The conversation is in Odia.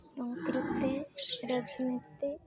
ସଂସ୍କୃତି ରୀତିନୀତି